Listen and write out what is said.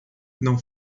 não